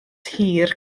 hir